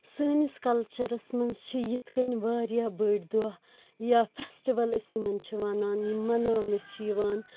سٲنِس کَلچرَس منٛز چھِ یِتھ کٔنۍ واریاہ بٔڑۍ دۄہ یا فیٚسٹِوَل أسۍ یِمَن چھِ ونان یِم مناونہٕ چھِ یِوان